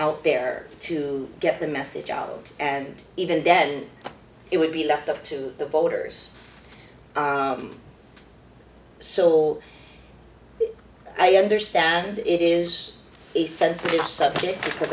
out there to get the message out and even then it would be left up to the voters so i understand it is a sensitive subject